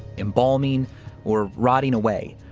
embalming or rotting away.